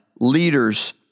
leaders